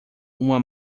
uma